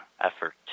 effort